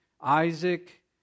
Isaac